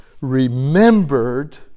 remembered